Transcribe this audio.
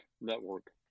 network